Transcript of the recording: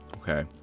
Okay